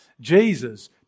Jesus